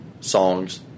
songs